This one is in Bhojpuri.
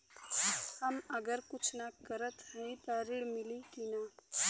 हम अगर कुछ न करत हई त ऋण मिली कि ना?